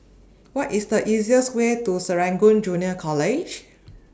What IS The easiest Way to Serangoon Junior College